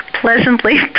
pleasantly